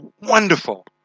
wonderful